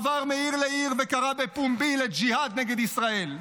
הוא עבר מעיר לעיר וקרא בפומבי לג'יהאד נגד ישראל.